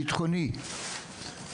ביטחוני מצטבר,